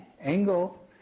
angle